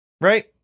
Right